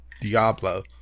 Diablo